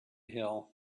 hill